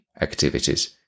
activities